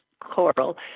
coral